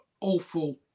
awful